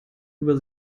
über